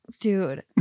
Dude